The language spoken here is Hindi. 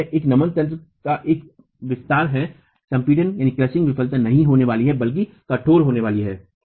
तो यह नमन तंत्र का एक विस्तार है संपीडन क्रशिंग विफल नहीं होने वाली है बल्कि कठोर होने वाली है